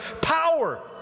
power